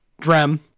Drem